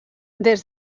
des